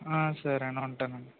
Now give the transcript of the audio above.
సరే అండి ఉంటానండి